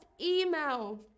email